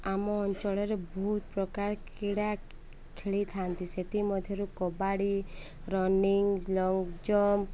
ଆମ ଅଞ୍ଚଳରେ ବହୁତ ପ୍ରକାର କ୍ରୀଡ଼ା ଖେଳିଥାନ୍ତି ସେଥିମଧ୍ୟରୁ କବାଡ଼ି ରନିଙ୍ଗ ଲଙ୍ଗ୍ ଜମ୍ପ